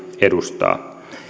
edustaa